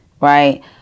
right